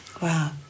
Wow